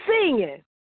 singing